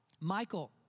Michael